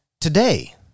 today